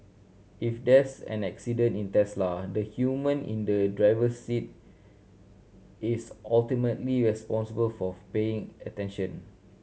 if there's an accident in Tesla the human in the driver's seat is ultimately responsible for paying attention